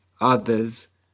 others